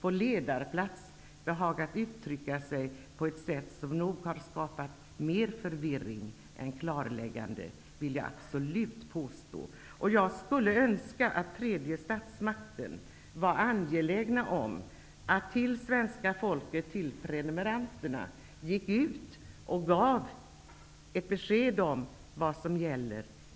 på ledarplats behagat uttrycka sig på ett sådant sätt att det har skapat mer förvirring än klarlägganden -- det vill jag absolut påstå. Jag skulle önska att tredje statsmakten var angelägen om att till svenska folket, till prenumeranterna, ge ett besked om vad som gäller.